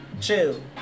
Chill